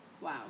Wow